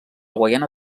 guaiana